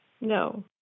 No